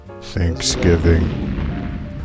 thanksgiving